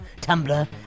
Tumblr